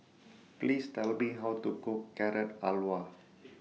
Please Tell Me How to Cook Carrot Halwa